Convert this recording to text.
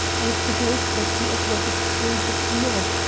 i suppose that he is what is called a snob,